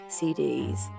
CDs